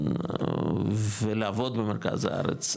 לצורך העניין ולעבוד במרכז הארץ,